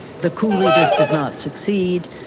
the coup leaders did not succeed.